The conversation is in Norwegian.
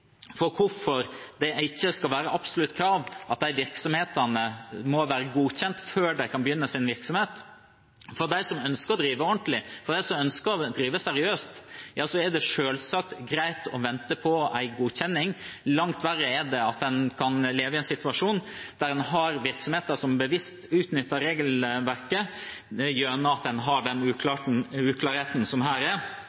for hvorfor det ikke skal være et absolutt krav at de virksomhetene må være godkjente før de kan begynne sin virksomhet. For dem som ønsker å drive ordentlig, for dem som ønsker å drive seriøst, er det selvsagt greit å vente på en godkjenning. Langt verre er det at en kan leve i en situasjon der en har virksomheter som bevisst utnytter regelverket gjennom at en har den